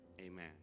amen